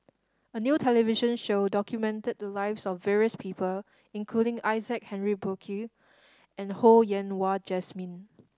a new television show documented the lives of various people including Isaac Henry Burkill and Ho Yen Wah Jesmine